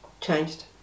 changed